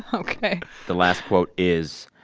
ok the last quote is,